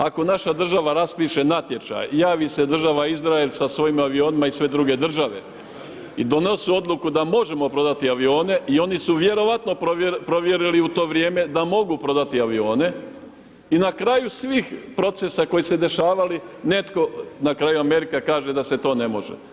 Ako naša država raspiše natječaj, javi se država Izrael sa svojim avionima i sve druge države i donosu odluku da možemo prodati avione i oni su vjerojatno provjerili u to vrijeme da mogu prodati avione i na kraju svih procesa koji su se dešavali, netko, na kraju Amerika kaže da se to ne može.